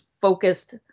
focused